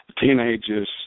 teenagers